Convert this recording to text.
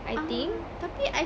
ah tapi I